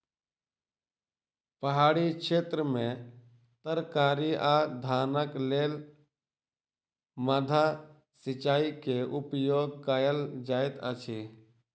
पहाड़ी क्षेत्र में तरकारी आ धानक लेल माद्दा सिचाई के उपयोग कयल जाइत अछि